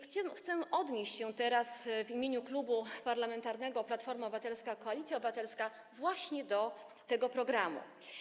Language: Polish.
Chcę odnieść się w imieniu Klubu Parlamentarnego Platforma Obywatelska - Koalicja Obywatelska właśnie do tego programu.